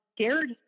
scared